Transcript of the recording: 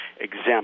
exempt